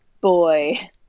boy